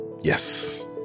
Yes